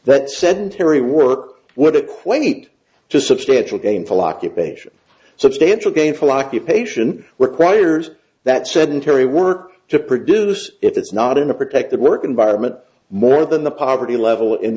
that said terri work would equate to substantial gainful occupation substantial gainful occupation were priors that sedentary work to produce if it's not in a protected work environment more than the poverty level in